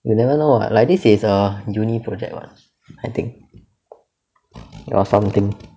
you never know [what] like this is a uni project [what] I think or something